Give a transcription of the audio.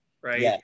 right